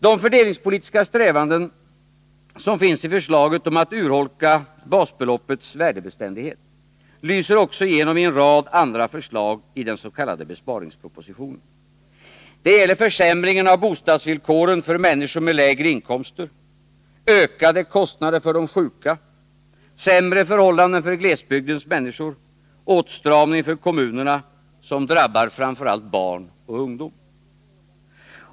De fördelningspolitiska strävanden som finns i förslaget om att urholka basbeloppets värdebeständighet lyser igenom också i en rad andra förslag i den s.k. besparingspropositionen. Det gäller försämringen av bostadsbidragsvillkoren för människor med lägre inkomster, ökade kostnader för de sjuka, sämre förhållanden för glesbygdens människor, åtstramning för kommunerna, som drabbar framför allt barn och ungdom.